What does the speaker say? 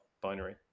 binary